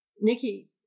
Nikki